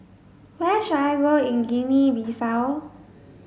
where should I go in Guinea Bissau